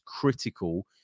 critical